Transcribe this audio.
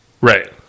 Right